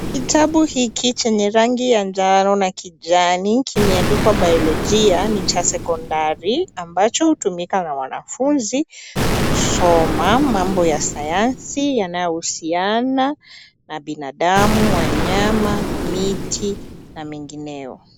Kitabu hiki chenye rangi ya njano na kijani kimeandikwa biologia ni cha sekondari ambacho hutumika na wanafunzi kusoma mambo ya sayansi yanayohusiana na binadamu, wanyama, miti na mengineyo.